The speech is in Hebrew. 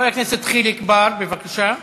חבר הכנסת חיליק בר, בבקשה.